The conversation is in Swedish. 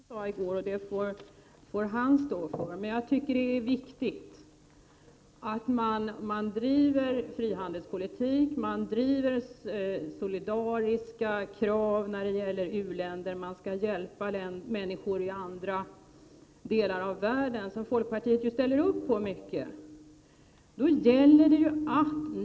Herr talman! Jag beklagar att jag inte hörde vad Roy Ottosson sade här i går. Han får dock själv stå för vad han har sagt. Jag tycker att det är viktigt att man bedriver frihandelspolitik och ställer krav på solidaritet när det gäller u-länderna. Man skall hjälpa människor i andra delar av världen — något som folkpartiet i stor utsträckning ställer upp på.